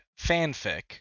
fanfic